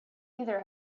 either